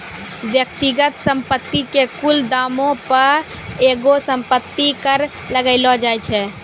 व्यक्तिगत संपत्ति के कुल दामो पे एगो संपत्ति कर लगैलो जाय छै